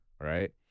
right